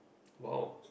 !wow!